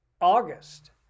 August